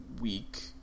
week